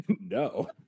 no